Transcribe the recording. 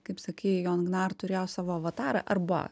kaip sakei jon gnar turėjo savo avatarą arba